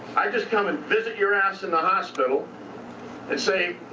i just come and visit your ass in the hospital and say,